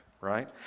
right